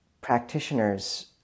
practitioners